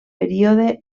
període